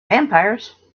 vampires